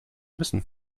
müssen